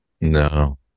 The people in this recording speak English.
No